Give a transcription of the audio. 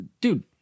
dude